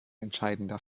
entscheidender